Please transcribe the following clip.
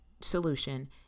solution